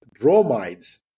bromides